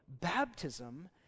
Baptism